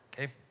Okay